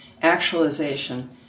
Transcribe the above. actualization